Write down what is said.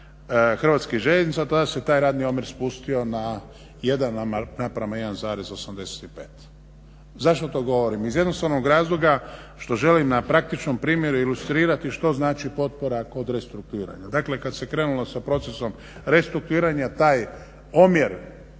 Hrvatskih željeznica da se taj omjer spustio na 1:1,85. Zašto to govorim? Iz jednostavnog razloga što želim na praktičnom primjeru ilustrirati što znači potpora kod restrukturiranja. Dakle kad se krenulo sa procesom restrukturiranja taj omjer